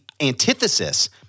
antithesis